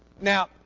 Now